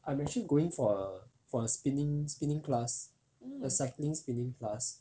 I'm actually going for a for a spinning spinning class a cycling spinning class